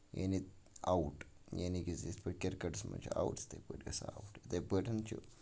یعنے اَوُٹ یعنے یِتھ پٲٹھۍ کِرکَٹس منٛز چھِ اَوُٹ تَتھٕے پٲٹھۍ گژھان اَوُٹ تِتھٕے پٹھۍ چھُ